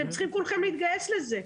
אתם צריכים כולכם להתגייס לזה.